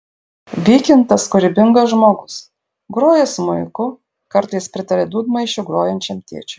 vykintas kūrybingas žmogus groja smuiku kartais pritaria dūdmaišiu grojančiam tėčiui